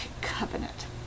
covenant